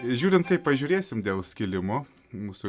žiūrint kaip pažiūrėsim dėl skilimo mūsų